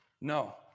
No